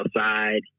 outside